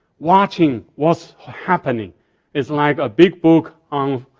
watching what's happening is like a big book on